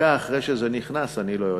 דקה אחרי שזה נכנס, אני לא יודע.